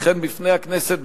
וכן בפני הכנסת,